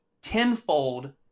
tenfold